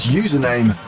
username